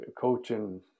coaching